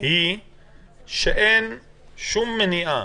היא שאין שום מניעה